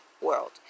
World